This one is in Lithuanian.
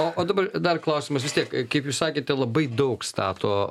o o dabar dar klausimas vis tiek kaip jūs sakėte labai daug stato